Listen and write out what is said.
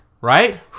right